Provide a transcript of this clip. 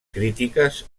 crítiques